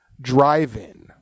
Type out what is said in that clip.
drive-in